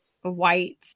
white